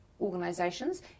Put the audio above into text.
organisations